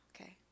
Okay